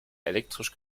elektrisch